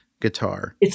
guitar